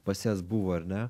pas jas buvo ar ne